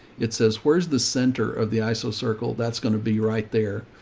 it says where's the center of the iso circle. that's going to be right there.